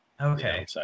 Okay